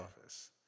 office